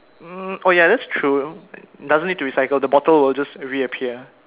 mm oh ya that's true doesn't need to recycle the bottle will just reappear